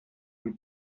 mit